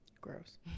Gross